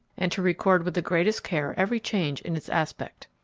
and to record with the greatest care every change in its aspect.